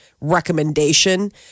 recommendation